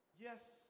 Yes